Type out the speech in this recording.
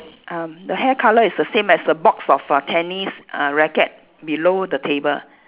ah the hair colour is the same as the box of err tennis uh racket below the table